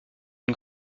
une